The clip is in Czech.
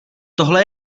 tohle